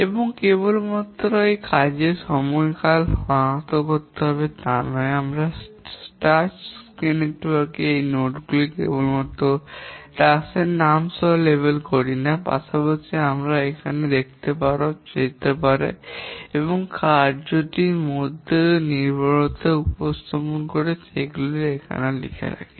এবং কেবলমাত্র আমাদের কাজের সময়কাল সনাক্ত করতে হবে তা নয় আমরা টাস্ক নেটওয়ার্কে এই নোডগুলি কেবলমাত্র টাস্কের নাম সহ লেবেল করি না পাশাপাশি আপনি এখানে দেখতে পারা যেতে পারেন এবং আমরা কার্যটির মধ্যে নির্ভরতা উপস্থাপন করে সেগুলি এখানেও লিখে রাখি